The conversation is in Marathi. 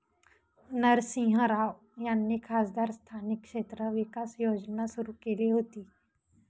नरसिंह राव यांनी खासदार स्थानिक क्षेत्र विकास योजना सुरू केली होती